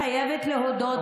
תודה.